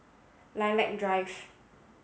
Lilac Drive